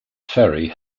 ferry